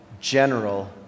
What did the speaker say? general